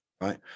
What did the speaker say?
Right